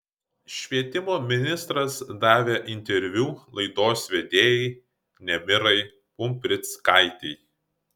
švietimo ministras davė interviu laidos vedėjai nemirai pumprickaitei